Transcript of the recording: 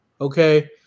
okay